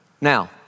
Now